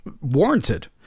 warranted